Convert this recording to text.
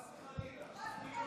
חס וחלילה.